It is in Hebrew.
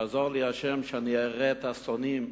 תעזור לי, ה', שאני אראה את השונאים,